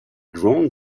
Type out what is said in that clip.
grown